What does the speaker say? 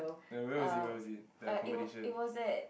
where was it where was it the accommodation